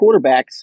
quarterbacks